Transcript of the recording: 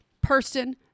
person